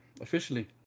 officially